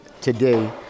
today